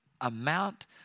amount